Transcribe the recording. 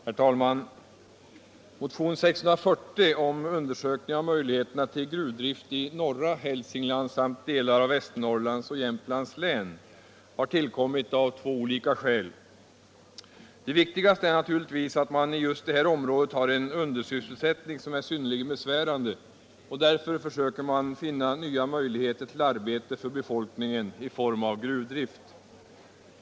Herr talman! Motion 640 om undersökning av möjligheterna till gruvdrift i norra Hälsingland samt i delar av Västernorrlands och Jämtlands län' har tillkommit av två olika skäl. Det viktigaste är naturligtvis att man i just det här området har en undersysselsättning, som är synnerligen besvärande. Därför försöker man hitta nya möjligheter till arbete för befolkningen i form av gruvdrift.